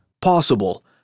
possible